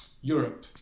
Europe